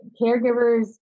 Caregivers